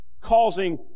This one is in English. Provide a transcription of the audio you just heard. causing